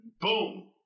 Boom